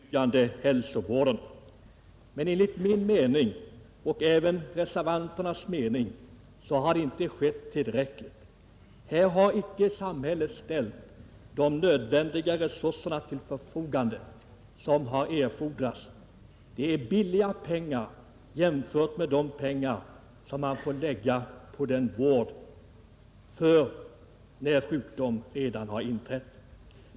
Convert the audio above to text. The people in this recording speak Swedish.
Herr talman! Utan tvivel har det hänt ganska mycket under de senare åren beträffande den förebyggande hälsovården. Men enligt min och reservanternas mening har det inte skett tillräckligt. Här har samhället icke ställt de nödvändiga resurser till förfogande som erfordrats. Det är billiga pengar jämfört med de pengar som man får lägga på vård när sjukdom redan har inträtt.